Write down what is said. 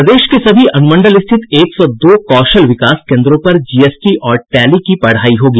प्रदेश के सभी अनुमंडल स्थित एक सौ दो कौशल विकास केन्द्रों पर जीएसटी और टैली की पढ़ाई होगी